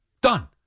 done